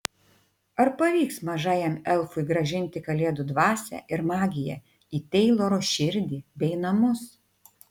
ar pavyks mažajam elfui grąžinti kalėdų dvasią ir magiją į teiloro širdį bei namus